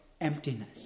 emptiness